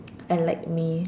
unlike me